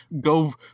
go